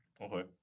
Okay